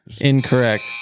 Incorrect